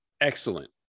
excellent